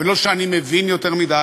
ולא שאני מבין יותר מדי,